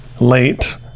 late